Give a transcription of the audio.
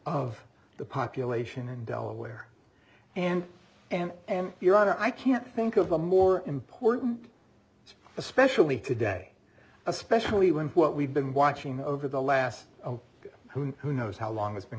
of the population and delaware and and i am your honor i can't think of a more important especially today especially when what we've been watching over the last who who knows how long has been